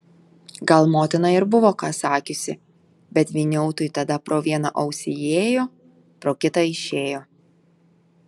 gal motina ir buvo ką sakiusi bet vyniautui tada pro vieną ausį įėjo pro kitą išėjo